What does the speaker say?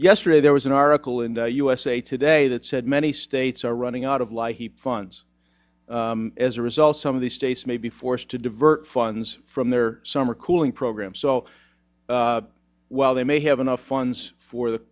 yesterday there was an article in usa today that said many states are running out of like the funds as a result some of the states may be forced to divert funds from their summer cooling program so while they may have enough funds for the